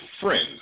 friend